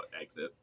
exit